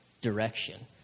direction